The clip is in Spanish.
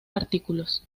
artículos